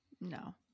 No